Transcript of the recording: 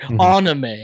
anime